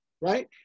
Right